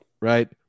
right